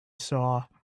saw